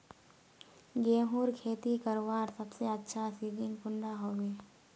गेहूँर खेती करवार सबसे अच्छा सिजिन कुंडा होबे?